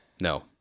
No